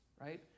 right